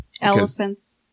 Elephants